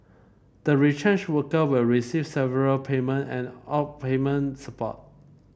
the retrenched worker will receive severance payment and outplacement support